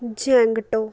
ਜੈਂਗਟੋ